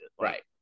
Right